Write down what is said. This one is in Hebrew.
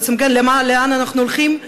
בעצם, כן, לאן אנחנו הולכים?